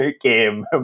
game